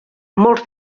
molts